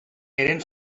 eren